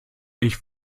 ich